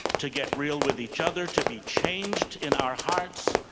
to get real with each other, to be changed in our hearts,